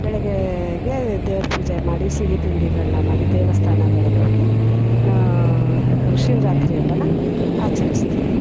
ಬೆಳಗ್ಗೆಗೆ ದೇವರ ಪೂಜೆ ಮಾಡಿ ಸಿಹಿ ತಿಂಡಿಗಳನ್ನ ಮಾಡಿ ದೇವಸ್ಥಾನಗಳಿಗೋಗಿ ಶಿವರಾತ್ರಿ ಹಬ್ಬನ ಆಚರಿಸ್ತೀವಿ